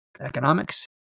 economics